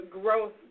growth